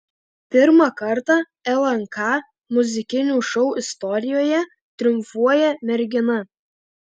pirmą kartą lnk muzikinių šou istorijoje triumfuoja mergina